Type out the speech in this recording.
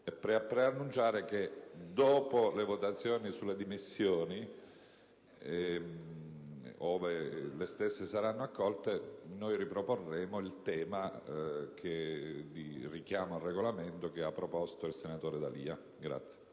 preannunciare che dopo la votazione delle dimissioni, ove le stesse siano accolte, riproporremo il richiamo al Regolamento che ha fatto il senatore D'Alia.